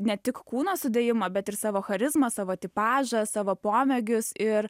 ne tik kūno sudėjimą bet ir savo charizmą savo tipažą savo pomėgius ir